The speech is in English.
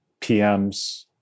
PMs